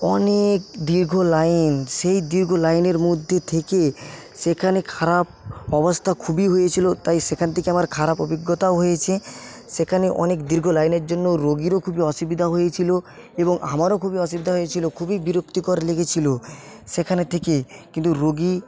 অনেক দীর্ঘ লাইন সেই দীর্ঘ লাইনের মধ্যে থেকে সেখানে খারাপ অবস্থা খুবই হয়েছিল তাই সেখান থেকে আমার খারাপ অভিজ্ঞতাও হয়েছে সেখানে অনেক দীর্ঘ লাইনের জন্য রোগীরও খুবই অসুবিধা হয়েছিল এবং আমারো খুবই অসুবিধা হয়েছিল খুবই বিরক্তিকর লেগেছিল সেখানে থেকে কিন্তু রোগী